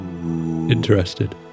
interested